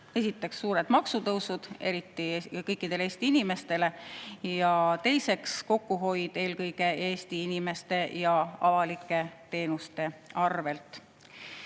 esimene on suured maksutõusud kõikidele Eesti inimestele ning teine on kokkuhoid eelkõige Eesti inimeste ja avalike teenuste arvel.